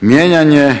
Mijenjanje